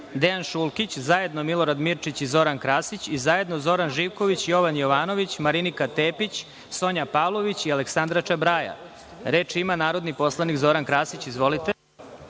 Dejan Šulkić, zajedno Milorad Mirčić i Zoran Krasić i zajedno Zoran Živković, Jovan Jovanović, Marinika Tepić, Sonja Pavlović i Aleksandra Čabraja. Reč ima narodni poslanik Zoran Krasić. Izvolite.